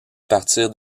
partir